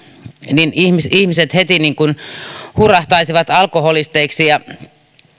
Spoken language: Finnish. niin ihmiset heti niin kuin hurahtaisivat alkoholisteiksi ja